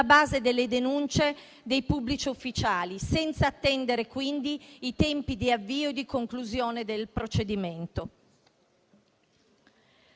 base delle denunce dei pubblici ufficiali, senza attendere quindi i tempi di avvio e di conclusione del procedimento.